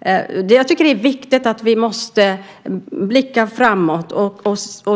energikällor. Vi måste blicka framåt.